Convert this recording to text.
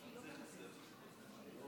חברת הכנסת זנדברג, בבקשה.